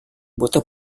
butuh